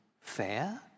fair